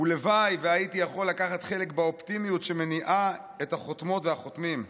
הלוואי שהייתי יכול לקחת חלק באופטימיות שמניעה את החותמות והחותמים.